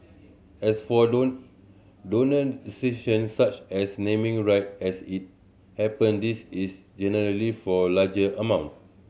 as for donor such as naming right as it happen this is generally for larger amount